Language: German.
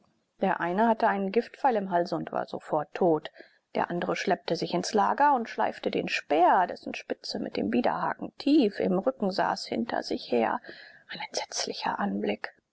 der eine hatte einen giftpfeil im halse und war sofort tot der andere schleppte sich ins lager und schleifte den speer dessen spitze mit dem widerhaken tief im rücken saß hinter sich her ein entsetzlicher anblick